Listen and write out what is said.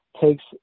takes